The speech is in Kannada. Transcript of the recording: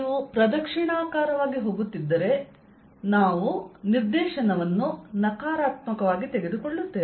ನೀವು ಪ್ರದಕ್ಷಿಣಾಕಾರವಾಗಿ ಹೋಗುತ್ತಿದ್ದರೆ ನಾವು ನಿರ್ದೇಶನವನ್ನು ನಕಾರಾತ್ಮಕವಾಗಿ ತೆಗೆದುಕೊಳ್ಳುತ್ತೇವೆ